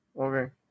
okay